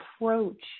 approach